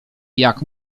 jak